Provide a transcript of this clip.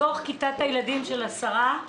מתוך כיתה של עשרה ילדים,